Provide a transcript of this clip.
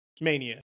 Mania